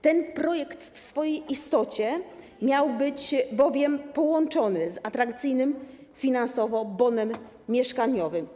Ten projekt w swojej istocie miał być połączony z atrakcyjnym finansowo bonem mieszkaniowym.